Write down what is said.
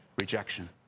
rejection